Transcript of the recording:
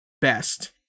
best